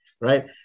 Right